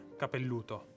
capelluto